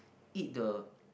eat the